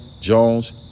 Jones